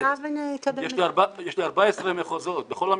יש לי 14 מחוזות, בכל המגזרים.